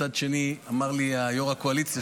מצד שני אמר לי יו"ר הקואליציה,